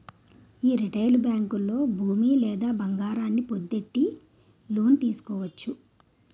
యీ రిటైలు బేంకుల్లో భూమి లేదా బంగారాన్ని పద్దెట్టి లోను తీసుకోవచ్చు